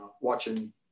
watching